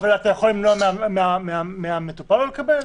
אבל האם אפשר למנוע מהמטופל לקבל?